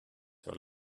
sur